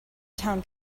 town